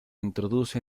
introduce